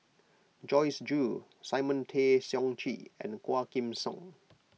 Joyce Jue Simon Tay Seong Chee and Quah Kim Song